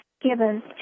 given